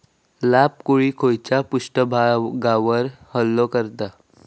लाल कोळी खैच्या पृष्ठभागावर हल्लो करतत?